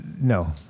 No